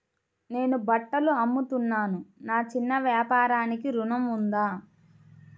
నేను బట్టలు అమ్ముతున్నాను, నా చిన్న వ్యాపారానికి ఋణం ఉందా?